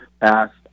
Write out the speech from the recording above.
passed